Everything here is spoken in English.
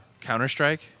Counter-Strike